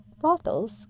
brothels